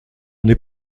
n’est